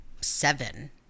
seven